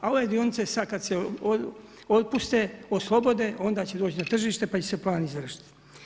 A ove dionice sada kada se otpuste, oslobode, onda će doći do tržišta pa će se plan izvršiti.